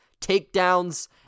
takedowns